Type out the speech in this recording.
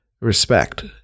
respect